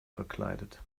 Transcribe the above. verkleidet